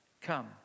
Come